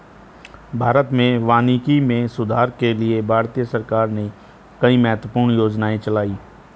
भारत में वानिकी में सुधार के लिए भारतीय सरकार ने कई महत्वपूर्ण योजनाएं चलाई